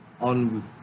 on